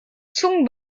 zungen